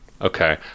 okay